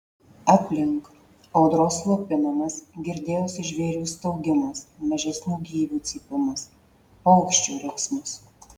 aplink audros slopinamas girdėjosi žvėrių staugimas mažesnių gyvių cypimas paukščių riksmas